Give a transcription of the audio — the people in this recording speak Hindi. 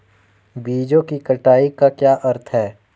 बीजों की कटाई का क्या अर्थ है?